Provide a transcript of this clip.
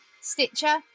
Stitcher